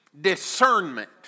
discernment